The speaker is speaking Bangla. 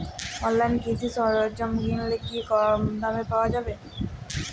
অনলাইনে কৃষিজ সরজ্ঞাম কিনলে কি কমদামে পাওয়া যাবে?